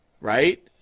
right